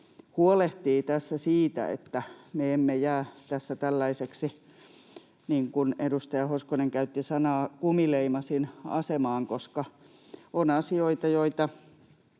huolehtii tässä siitä, että me emme jää tässä tällaiseen, niin kuin edustaja Hoskonen käytti tätä sanaa, kumileimasinasemaan, koska on asioita, joita